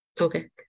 Okay